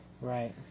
Right